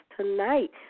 tonight